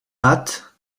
hâte